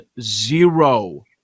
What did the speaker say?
zero